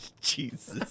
Jesus